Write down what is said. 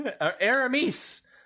Aramis